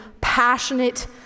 passionate